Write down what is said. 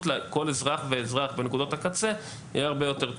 לכל אזרח ואזרח בנקודות הקצה יהיה הרבה יותר טוב,